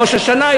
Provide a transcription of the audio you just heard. ראש השנה,